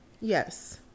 Yes